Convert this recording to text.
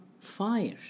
fire